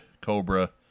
cobra